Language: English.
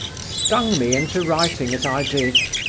stung me into writing as i did.